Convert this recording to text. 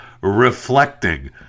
reflecting